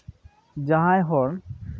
ᱡᱟᱦᱟᱸᱭ ᱦᱚᱲ